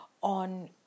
on